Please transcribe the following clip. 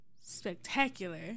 spectacular